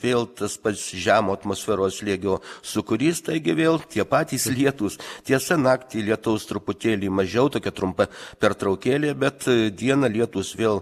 vėl tas pats žemo atmosferos slėgio sūkurys taigi vėl tie patys lietūs tiesa naktį lietaus truputėlį mažiau tokia trumpa pertraukėlė bet dieną lietūs vėl